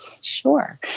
sure